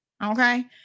Okay